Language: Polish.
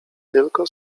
tylko